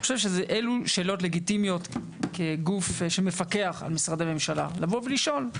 אלו שאלות לגיטימיות כגוף שמפקח על משרדי ממשלה לשאול,